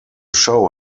show